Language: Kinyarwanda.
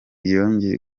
yongeye